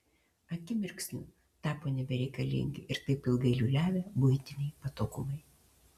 akimirksniu tapo nebereikalingi ir taip ilgai liūliavę buitiniai patogumai